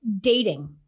dating